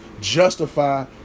justify